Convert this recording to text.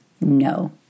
No